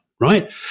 Right